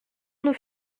nous